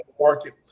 market